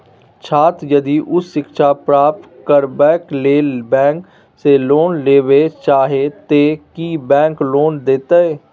छात्र यदि उच्च शिक्षा प्राप्त करबैक लेल बैंक से लोन लेबे चाहे ते की बैंक लोन देतै?